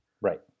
Right